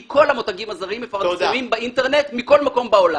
כי כל המותגים הזרים מפרסמים באינטרנט מכל מקום בעולם.